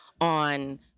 on